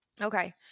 Okay